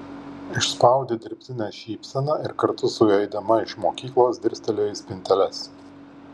išspaudė dirbtinę šypseną ir kartu su juo eidama iš mokyklos dirstelėjo į spinteles